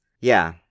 Yeah